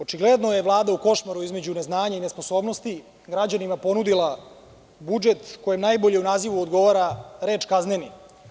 Očigledno je Vlada u košmaru između neznanja i nesposobnosti građanima ponudila budžet kojem najbolje u nazivu odgovara reč – kazneni.